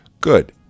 good